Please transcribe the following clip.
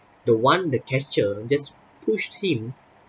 the one the capture just pushed him